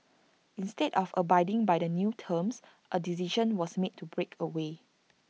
instead of abiding by the new terms A decision was made to break away